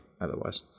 otherwise